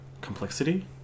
complexity